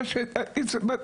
יש את --- נכות.